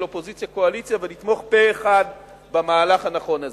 אופוזיציה קואליציה ולתמוך פה-אחד במהלך הנכון הזה.